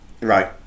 Right